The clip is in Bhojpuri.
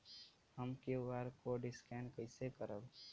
हम क्यू.आर कोड स्कैन कइसे करब?